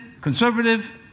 conservative